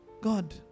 God